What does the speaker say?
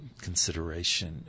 consideration